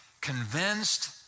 convinced